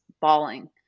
bawling